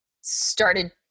started